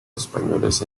españoles